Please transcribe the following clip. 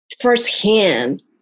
firsthand